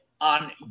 on